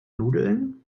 nudeln